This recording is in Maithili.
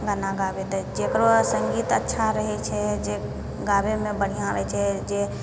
गाना गाबै जकरो सङ्गीत अच्छा रहै छै जे गाबैमे बढिआँ रहै छै जे